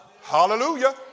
Hallelujah